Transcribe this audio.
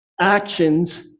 actions